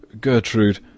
Gertrude